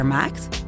maakt